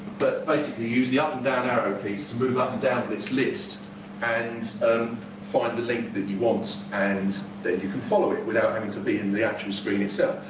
but basically use the up and down arrow keys to move up and down this list and find the link that you want. and then you can follow it without having to be in the actual screen itself.